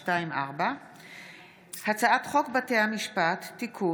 פ/2621/24 וכלה בהצעת חוק פ/2661/24: הצעת חוק בתי המשפט (תיקון,